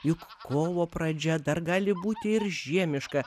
juk kovo pradžia dar gali būti ir žiemiška